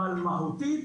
אבל מהותית